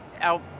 out